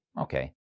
Okay